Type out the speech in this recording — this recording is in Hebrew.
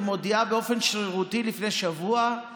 ומודיעה באופן שרירותי לפני שבוע על